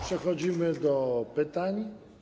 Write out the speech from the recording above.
Przechodzimy do pytań.